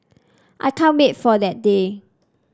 I can't wait for that day